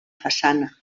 façana